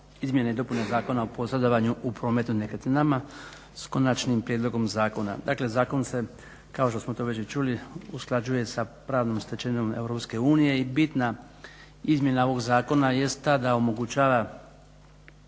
izmjene i dopune Zakona o posredovanju u prometu nekretninama, s konačnim prijedlogom zakona. Dakle zakon se kao što smo to već i čuli, usklađuje sa pravnom stečevino Europske unije i bitna izmjena ovog zakona jest ta da omogućava